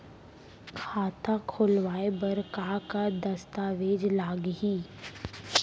खाता खोलवाय बर का का दस्तावेज लागही?